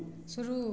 शुरू